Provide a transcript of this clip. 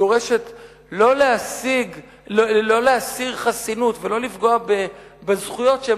שדורשת לא להסיר חסינות ולא לפגוע בזכויות שהן